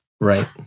Right